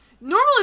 Normally